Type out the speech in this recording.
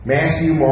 Matthew